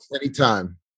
anytime